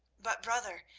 but, brother,